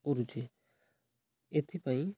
କରୁଛି ଏଥିପାଇଁ